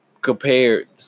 compared